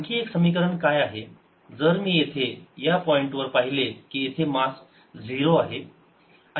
आणखी एक समीकरण काय आहे जर मी येथे या पॉईंट वर पाहिले येथे मास 0 आहे